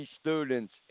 students